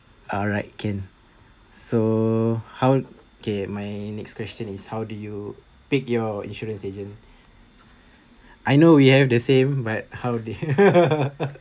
alright can so how okay my next question is how do you pick your insurance agent I know we have the same but how they